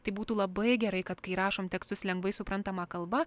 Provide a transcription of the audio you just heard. tai būtų labai gerai kad kai rašom tekstus lengvai suprantama kalba